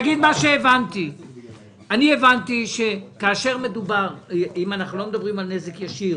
הבנתי שכאשר אנחנו לא מדברים על נזק ישיר